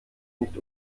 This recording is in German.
nicht